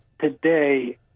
today